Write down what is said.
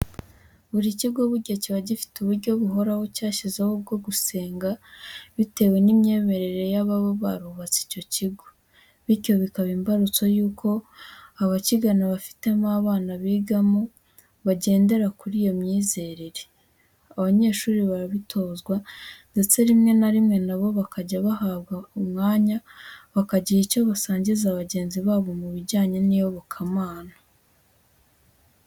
Buri kigo burya kiba gifite uburyo buhoraho cyashyizeho bwo gusenga bitewe n'imyemerere y'ababa barubatse icyo kigo bityo bikaba imbarutso y'uko abakigana bafitemo abana bigamo bagendera kuri iyo myizerere. Abanyeshuri barabitozwa ndetse rimwe na rimwe na bo bakajya bahabwa umwanya bakagira icyo basangiza bagenzi babo mu bijyanye n'iyobokamana.